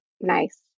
nice